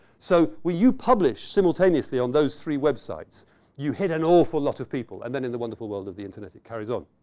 so, when you publish simultaneously on those three websites you hit an awful lot of people. and then in the wonderful world of the internet, it carries on.